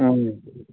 ꯑꯪ